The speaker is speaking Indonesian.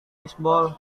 bisbol